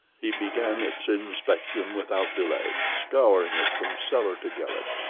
he began its inspection without delay, scouring it from cellar to garret.